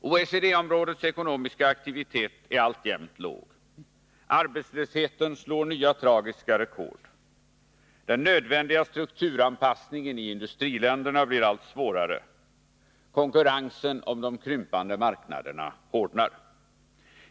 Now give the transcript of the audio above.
OECD-områdets ekonomiska aktivitet är alltjämt låg. Arbetslösheten slår nya tragiska rekord. Den nödvändiga strukturanpassningen i industriländerna blir allt svårare. Konkurrensen om de krympande marknaderna hårdnar.